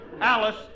Alice